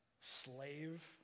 slave